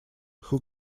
who